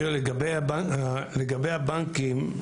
לגבי הבנקים,